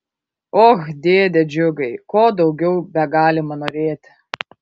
och dėde džiugai ko daugiau begalima norėti